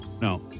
No